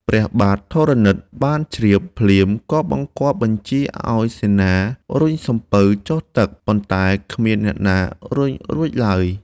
ព្រះបាទធរណិតបានជ្រាបភ្លាម ក៏បង្គាប់បញ្ជាឱ្យសេនារុញសំពៅចុះទឹក ប៉ុន្តែគ្មានអ្នកណារុញរួចឡើយ។